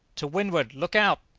to windward, look out!